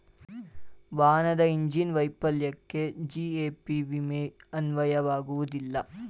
ವಾಹನದ ಇಂಜಿನ್ ವೈಫಲ್ಯಕ್ಕೆ ಜಿ.ಎ.ಪಿ ವಿಮೆ ಅನ್ವಯವಾಗುವುದಿಲ್ಲ